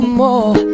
more